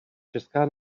česká